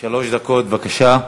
שלוש דקות, בבקשה.